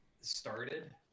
started